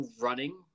running